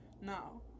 Now